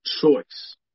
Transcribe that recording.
choice